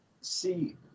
See